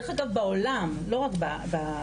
דרך-אגב בעולם לא רק בארץ,